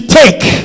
take